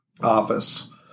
office